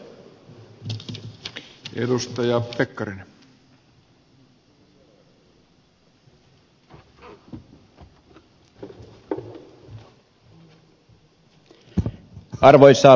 arvoisa puhemies